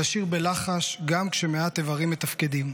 לשיר בלחש גם כשמעט איברים מתפקדים.